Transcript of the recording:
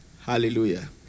Hallelujah